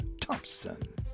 Thompson